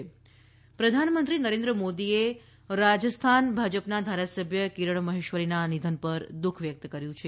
કિરણ મહેશ્વરી પ્રધાન મંત્રી નરેન્દ્ર મોદીએ રાજસ્થાન ભાજપના ધારાસભ્ય કિરણ મહેશ્વરીના નિધન પર દુખ વ્યક્ત કર્યું છે